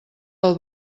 pel